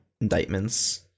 indictments